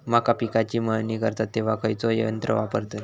मका पिकाची मळणी करतत तेव्हा खैयचो यंत्र वापरतत?